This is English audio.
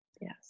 Yes